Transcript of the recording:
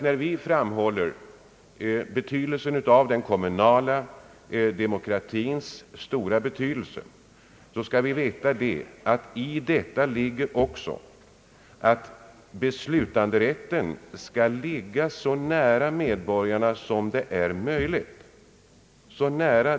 När vi framhåller betydelsen av den kommunala demokratin ingår i detta att beslutanderätten skall ligga så nära medborgarna som möjligt.